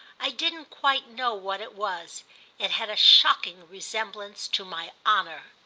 i didn't quite know what it was it had a shocking resemblance to my honour.